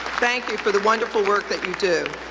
thank you for the wonderful work that you do.